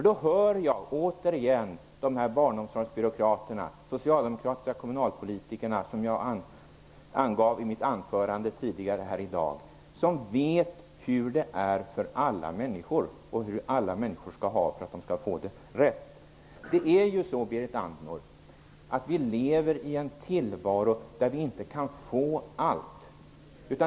Då hör jag återigen de barnomsorgsbyråkrater - de socialdemokratiska kommunalpolitikerna, som jag talade om i mitt anförande här tidigare i dag - som vet hur alla människor skall ha det för att det skall bli rätt. Det är ju så, Berit Andnor, att vi lever i en tillvaro där vi inte kan få allt.